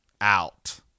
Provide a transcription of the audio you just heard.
out